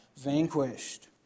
vanquished